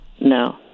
No